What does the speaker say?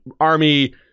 army